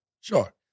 Sure